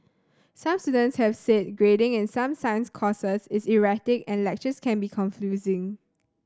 some students have said grading in some science courses is erratic and lectures can be confusing